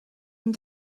and